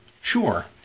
Sure